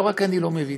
לא רק אני לא מבין,